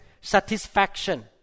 satisfaction